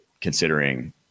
considering